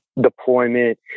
deployment